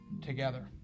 together